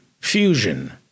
fusion